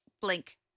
Blink